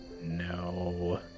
No